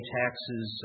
taxes